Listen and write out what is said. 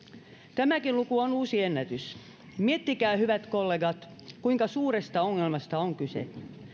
tämäkin luku on uusi ennätys miettikää hyvät kollegat kuinka suuresta ongelmasta on kyse